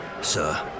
sir